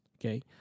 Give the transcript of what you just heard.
okay